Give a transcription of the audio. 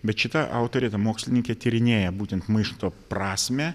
bet šita autorė ta mokslininkė tyrinėja būtent maišto prasmę